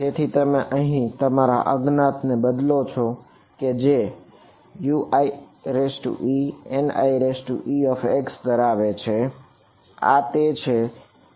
તેથી તમે અહીં તમારા આ અજ્ઞાત ને બદલો છો કે જે UieNiex ધરાવે છે આ તે છે જે U માટે બદલી કરવામાં આવી રહ્યું છે